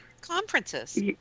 conferences